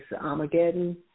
Armageddon